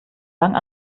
lang